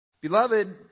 Beloved